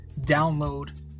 download